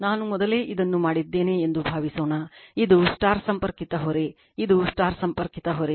ನಾನು ಮೊದಲೇ ಇದನ್ನು ಮಾಡಿದ್ದೇನೆ ಎಂದು ಭಾವಿಸೋಣ ಇದು Star ಸಂಪರ್ಕಿತ ಹೊರೆ ಇದುStar ಸಂಪರ್ಕಿತ ಹೊರೆ